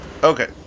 okay